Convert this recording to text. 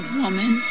woman